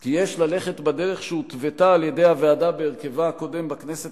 כי יש ללכת בדרך שהותוותה על-ידי הוועדה בהרכבה הקודם בכנסת